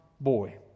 boy